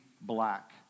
black